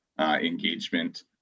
engagement